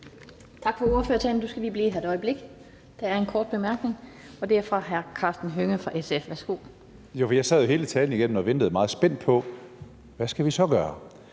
Tak for ordførertalen. Du skal lige blive her et øjeblik, der er en kort bemærkning, og det er fra hr. Karsten Hønge fra SF. Værsgo. Kl. 16:26 Karsten Hønge (SF): Jeg sad hele talen igennem og ventede meget spændt på: Hvad skal vi så gøre?